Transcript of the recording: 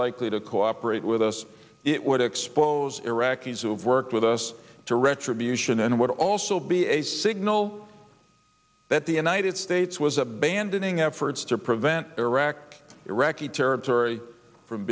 likely to cooperate with us it would expose iraqis who have worked with us to retribution and would also be a signal that the united states was abandoning efforts to prevent direct iraqi territory from